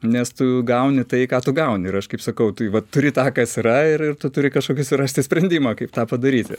nes tu gauni tai ką tu gauni ir aš kaip sakau tai va turi tą kas yra ir ir tu turi kažkokį surasti sprendimą kaip tą padaryti